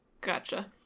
gotcha